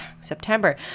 September